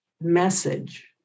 message